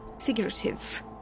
Figurative